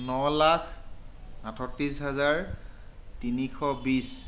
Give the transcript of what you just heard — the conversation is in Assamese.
ন লাখ আঠত্ৰিছ হেজাৰ তিনিশ বিশ